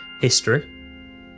history